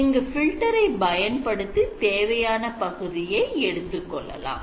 இங்கு filter ஐ பயன்படுத்தி தேவையான பகுதியை எடுத்துக்கொள்ளலாம்